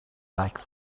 like